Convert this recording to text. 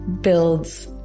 builds